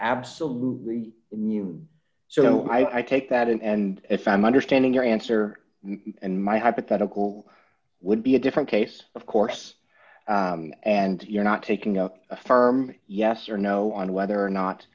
absolutely immune so i take that in and if i'm understanding your answer and my hypothetical would be a different case of course and you're not taking up a farm yes or no on whether or not